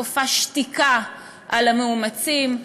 כופה שתיקה של המאומצים.